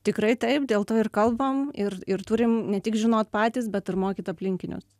tikrai taip dėl to ir kalbam ir ir turim ne tik žinot patys bet ir mokyt aplinkinius